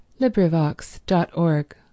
LibriVox.org